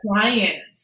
clients